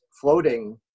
floating